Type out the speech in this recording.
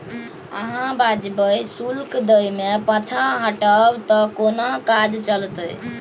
अहाँ वाजिबो शुल्क दै मे पाँछा हटब त कोना काज चलतै